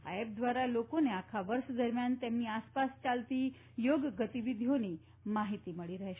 આ એપ દ્વારા લોકોને આખા વર્ષ દરમિયાન તેમની આસપાસ ચાલતી યોગ ગતિવિધીઓની માહિતી મળી રહેશે